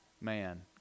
man